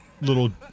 little